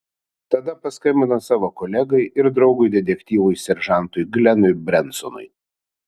tada paskambino savo kolegai ir draugui detektyvui seržantui glenui brensonui